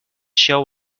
show